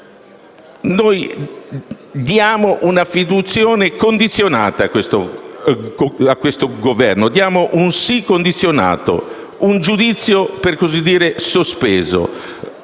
Noi diamo una fiducia condizionata a questo Governo, diamo un sì condizionato e un giudizio, per così dire, sospeso,